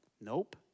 Nope